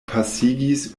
pasigis